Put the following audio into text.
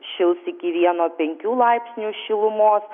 šils ikivieno penkių laipsnių šilumos